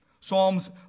Psalms